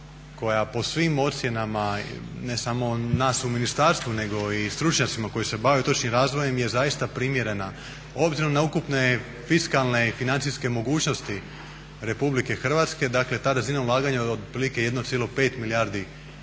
koja po svim ocjenama ne samo nas u ministarstvu nego i stručnjacima koji se bave točnim razvojem je zaista primjerena obzirom na ukupne fiskalne i financijske mogućnosti RH. Dakle ta razina ulaganja je otprilike 1,5 milijardi